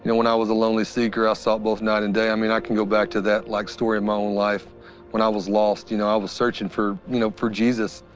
and when i was a lonely seeker, i saw both night and day. i mean, i can go back to that like story of my own life when i was lost, you know i was searching for you know for jesus,